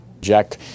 Jack